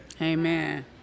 Amen